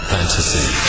Fantasy